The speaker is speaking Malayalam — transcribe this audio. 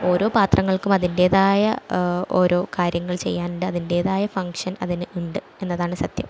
ഓരോ പാത്രങ്ങൾക്കും അതിൻ്റെതായ ഓരോ കാര്യങ്ങൾ ചെയ്യാനുണ്ട് അതിൻ്റെതായ ഫംഗ്ഷൻ അതിന് ഉണ്ട് എന്നതാണ് സത്യം